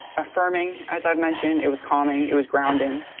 affirming as i mentioned. it was calming, it was grounding.